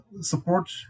support